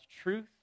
truth